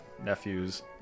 nephews